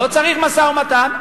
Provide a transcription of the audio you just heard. לא צריך משא-ומתן,